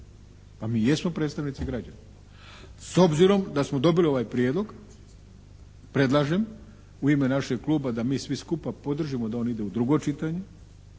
Pa mi jesmo predstavnici građana. S obzirom da smo dobili ovaj prijedlog predlažem u ime našeg kluba da mi svi skupa podržimo da on ide u drugo čitanje